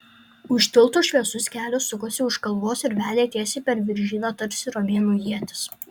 už tilto šviesus kelias sukosi už kalvos ir vedė tiesiai per viržyną tarsi romėnų ietis